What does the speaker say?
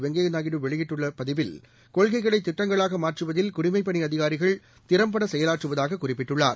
வெங்கய்யா நாயுடு வெளியிட்டுள்ள பதிவில் கொள்கைகளை திட்டங்களாக மாற்றுவதில் குடிமைப்பணி அதிகாரிகள் திறம்பட செயலாற்றுவதாக குறிப்பிட்டுள்ளார்